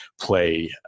play